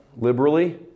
liberally